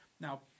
Now